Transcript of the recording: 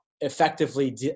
effectively